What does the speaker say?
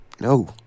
No